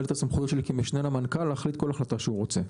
את הסמכויות שלי כמשנה למנכ"ל להחליט כל החלטה שהוא רוצה.